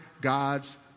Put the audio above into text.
God's